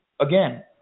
again